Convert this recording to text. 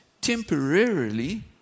temporarily